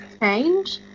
change